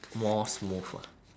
more smooth ah